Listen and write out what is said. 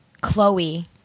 Chloe